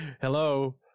Hello